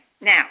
Now